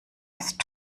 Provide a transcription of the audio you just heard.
ist